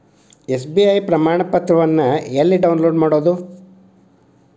SBI ಪ್ರಮಾಣಪತ್ರವನ್ನ ಎಲ್ಲೆ download ಮಾಡೊದು?